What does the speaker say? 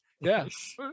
Yes